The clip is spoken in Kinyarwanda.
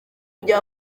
kugira